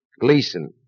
Gleason